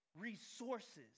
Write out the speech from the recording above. resources